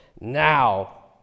now